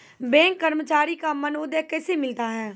Bank कर्मचारी का मानदेय कैसे मिलता हैं?